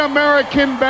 American